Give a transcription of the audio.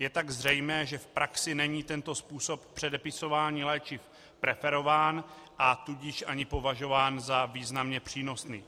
Je tak zřejmé, že v praxi není tento způsob předepisování léčiv preferován, a tudíž ani považován za významně přínosný.